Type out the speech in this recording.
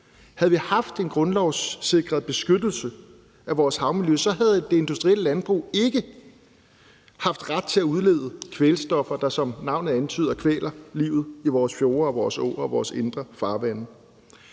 Havde vi haft en grundlovssikret beskyttelse af vores havmiljø, havde det industrielle landbrug ikke haft ret til at udlede kvælstof, der, som navnet antyder, kvæler livet i vores fjorde, vores åer og vores indre farvande.